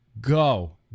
Go